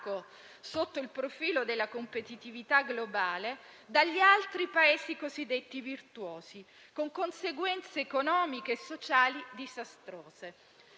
sotto il profilo della competitività globale dagli altri Paesi cosiddetti virtuosi, con conseguenze economiche e sociali disastrose.